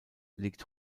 liegt